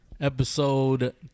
episode